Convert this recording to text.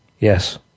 Yes